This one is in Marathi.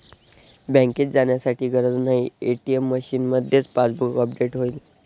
बँकेत जाण्याची गरज नाही, ए.टी.एम मशीनमध्येच पासबुक अपडेट होईल